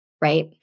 right